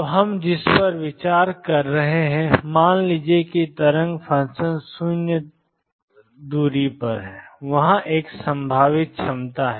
तो हम जिस पर विचार कर रहे हैं मान लीजिए कि तरंग फ़ंक्शन 0 दूर है वहां एक संभावित क्षमता है